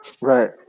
Right